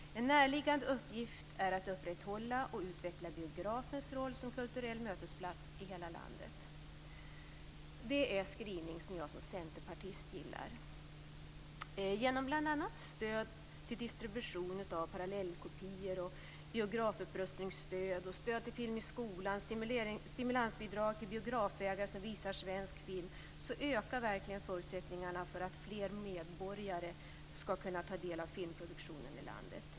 En närliggande uppgift är att upprätthålla och utveckla biografens roll som kulturell mötesplats i hela landet." Det är en skrivning som jag som centerpartist gillar. Förutsättningarna för att fler medborgare ska kunna ta del av filmproduktionen i landet ökar verkligen genom bl.a. stöd till distribution av parallellkopior, biografupprustningsstöd, stöd till film i skolan och stimulansbidrag till biografägare som visar svensk film.